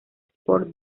sport